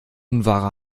unwahre